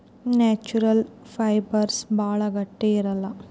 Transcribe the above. natural fibres ಭಾಳ ಗಟ್ಟಿ ಇರಲ್ಲ